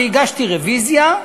והגשתי רוויזיה.